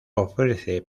ofrece